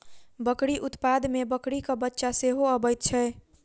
बकरी उत्पाद मे बकरीक बच्चा सेहो अबैत छै